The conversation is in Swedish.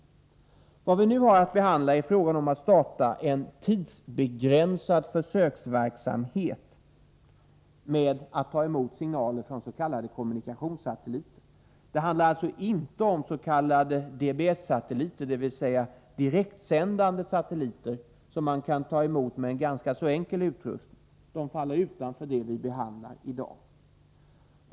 Vad vi nu har att behandla är frågan om att starta en tidsbegränsad försöksverksamhet där man tar emot signaler från s.k. kommunikationssatelliter. Det handlar alltså inte om s.k. DBS-satelliter, dvs. direktsändande satelliter, vilkas signaler man kan ta emot med en ganska enkel utrustning; de faller utanför det som vi behandlar i dag.